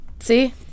See